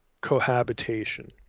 cohabitation